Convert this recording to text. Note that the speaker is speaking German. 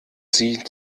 sie